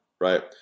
right